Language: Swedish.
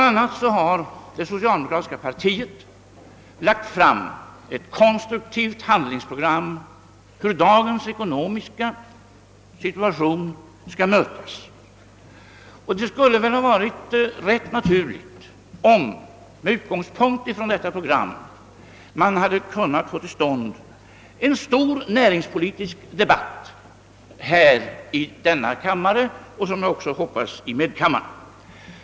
a. har det socialdemokratiska partiet lagt fram ett konstruktivt handlingsprogram om hur dagens ekonomiska situation skall mötas, och det hade väl varit rätt naturligt om man med utgångspunkt från detta program hade fått till stånd en stor näringspolitisk debatt i denna kammare — och som jag hoppas även i medkammaren.